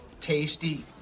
tasty